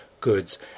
goods